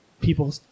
People